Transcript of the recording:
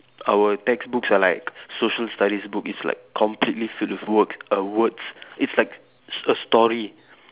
our textbooks are like social studies book it's like completely filled with work err words it's like a a story